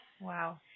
Wow